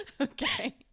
Okay